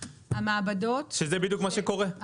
שזה בדיוק מה שקורה.